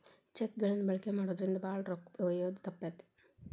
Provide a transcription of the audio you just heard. check ಗಳನ್ನ ಬಳಕೆ ಮಾಡೋದ್ರಿಂದ ಭಾಳ ರೊಕ್ಕ ಒಯ್ಯೋದ ತಪ್ತತಿ